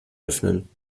öffnen